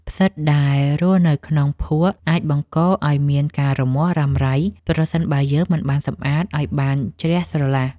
ផ្សិតដែលរស់នៅក្នុងភក់អាចបង្កឱ្យមានការរមាស់រ៉ាំរ៉ៃប្រសិនបើយើងមិនបានសម្អាតឱ្យបានជ្រះស្រឡះ។